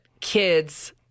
kids